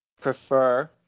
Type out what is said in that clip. prefer